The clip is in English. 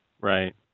Right